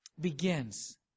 begins